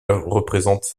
représente